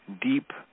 deep